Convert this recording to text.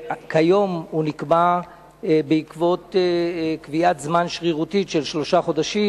ייקבע על-פי הביקור אצל הרופא.